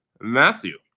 Matthew